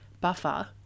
buffer